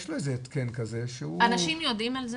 יש לו איזה התקן כזה שהוא --- אנשים יודעים על זה?